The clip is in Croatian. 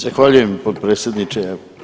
Zahvaljujem potpredsjedniče.